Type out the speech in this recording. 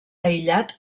aïllat